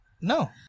No